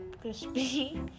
crispy